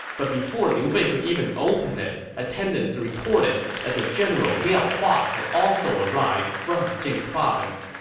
but before liu bei could even open it, attendants reported that the general liao hua had also arrived from jing province,